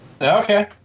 okay